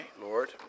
Lord